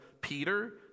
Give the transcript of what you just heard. Peter